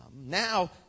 now